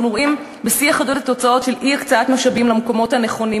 אנחנו רואים בשיא החדות את התוצאות של אי-הקצאת משאבים למקומות הנכונים,